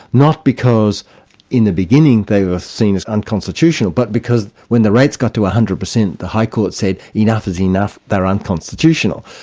not because in the beginning they were seen as unconstitutional, but because when the rates got to one hundred percent, the high court said enough is enough, they are unconstitutional.